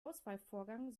auswahlvorgang